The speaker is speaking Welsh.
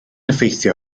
effeithio